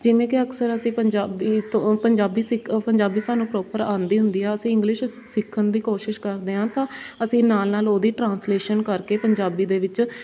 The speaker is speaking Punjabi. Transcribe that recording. ਜਿਵੇਂ ਕਿ ਅਕਸਰ ਅਸੀਂ ਪੰਜਾਬੀ ਤੋਂ ਪੰਜਾਬੀ ਸਿੱਕ ਪੰਜਾਬੀ ਸਾਨੂੰ ਪ੍ਰੋਪਰ ਆਉਂਦੀ ਹੁੰਦੀ ਆ ਅਸੀਂ ਇੰਗਲਿਸ਼ ਸਿੱਖਣ ਦੀ ਕੋਸ਼ਿਸ਼ ਕਰਦੇ ਹਾਂ ਤਾਂ ਅਸੀਂ ਨਾਲ ਨਾਲ ਉਹਦੀ ਟਰਾਂਸਲੇਸ਼ਨ ਕਰਕੇ ਪੰਜਾਬੀ ਦੇ ਵਿੱਚ